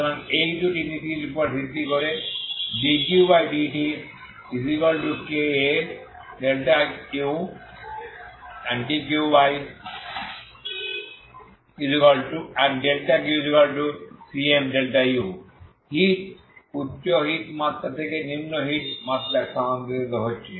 সুতরাং এই দুটি নীতির উপর ভিত্তি করে dQdtkAu ∆Qcm∆u হিট উচ্চ হিট মাত্রা থেকে নিম্ন হিট মাত্রায় স্থানান্তরিত হচ্ছে